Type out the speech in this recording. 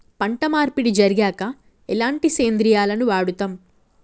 పంట మార్పిడి జరిగాక ఎలాంటి సేంద్రియాలను వాడుతం?